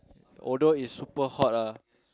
although it's super hot ah